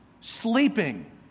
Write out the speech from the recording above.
Sleeping